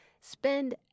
spend